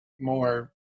more